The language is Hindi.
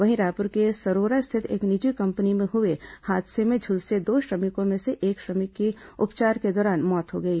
वहीं रायपुर के सरोरा स्थित एक निजी कंपनी में हुए हादसे में झुलसे दो श्रमिकों में से एक श्रमिक की उपचार के दौरान मौत हो गई